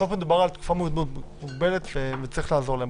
בסוף, מדובר על כמות מוגבלת, וצריך לעזור להם.